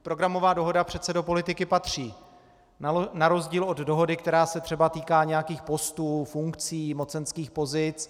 Programová dohoda přece do politiky patří na rozdíl od dohody, která se třeba týká nějakých postů, funkcí, mocenských pozic.